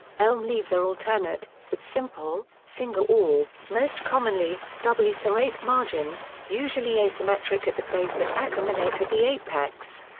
elm leaves are alternate, with simple, single or, most commonly, doubly serrate margins, usually asymmetric at the base and acuminate at the apex.